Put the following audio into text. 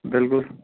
بالکل